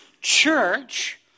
church